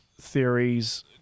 theories